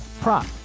prop